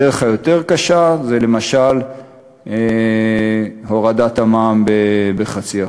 הדרך היותר קשה זה למשל הורדת המע"מ ב-0.5%.